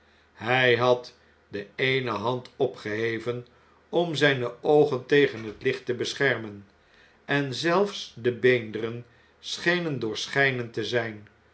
hn had de eene hand opgeheven om zn'ne oogen tegen het licht te beschermen en zelfs de beenderen schenen doorschijnend te zijn